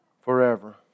forever